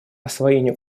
освоение